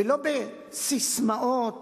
ולא בססמאות,